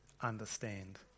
understand